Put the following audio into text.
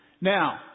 Now